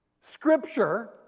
scripture